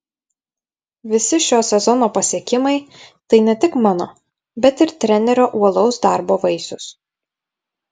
visi šio sezono pasiekimai tai ne tik mano bet ir trenerio uolaus darbo vaisius